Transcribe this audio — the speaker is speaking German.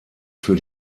für